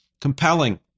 compelling